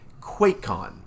QuakeCon